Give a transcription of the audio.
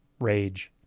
rage